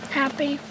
happy